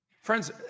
Friends